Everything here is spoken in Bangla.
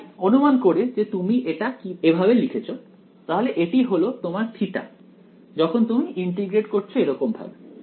তাই অনুমান করে যে তুমি এটা এভাবে লিখেছ তাহলে এটি হলো তোমার থিটা যখন তুমি ইন্টিগ্রেট করছো এরকমভাবে